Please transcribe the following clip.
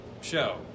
show